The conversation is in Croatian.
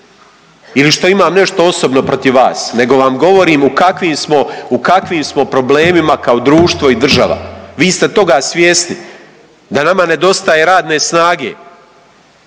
ili što imam nešto osobno protiv vas, nego vam govorim u kakvim smo problemima kao društvo i država. Vi ste toga svjesni da nama nedostaje radne snage,